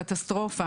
קטסטרופה.